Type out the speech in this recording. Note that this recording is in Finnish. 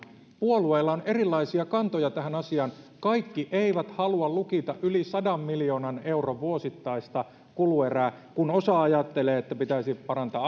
puolueilla on erilaisia kantoja tähän asiaan kaikki eivät halua lukita yli sadan miljoonan euron vuosittaista kuluerää kun osa ajattelee että pitäisi parantaa